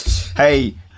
Hey